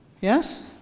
Yes